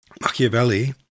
Machiavelli